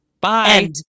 Bye